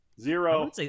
Zero